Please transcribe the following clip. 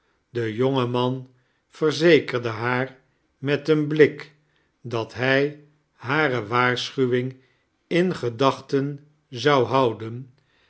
de jonge man verzekerde haar met een blik dat hij hare waarschuwing in gedachten zou houden